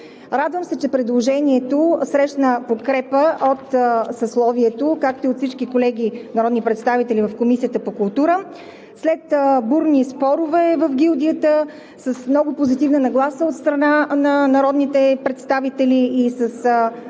Радвам се, че предложението срещна подкрепа от съсловието, както и от всички колеги народни представители в Комисията по културата и медиите. След бурни спорове в гилдията, с много позитивна нагласа от страна на народните представители и с